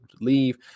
leave